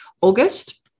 August